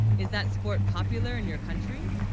is that sport popular in your country,